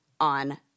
on